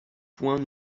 points